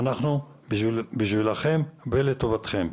אנחנו בשבילכם ולטובתכם.